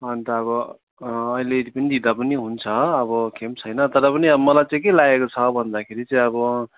अन्त अब अहिले पनि दिँदा नि हुन्छ अब केही पनि छैन तर पनि अब मलाई चाहिँ के लागेको छ भन्दाखेरि चाहिँ अब